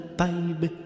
baby